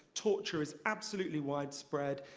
torture is absolutely widespread,